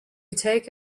take